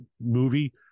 movie